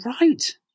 right